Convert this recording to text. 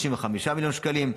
35 מיליון שקלים,